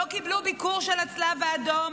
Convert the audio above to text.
לא קיבלו ביקור של הצלב האדום,